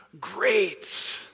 Great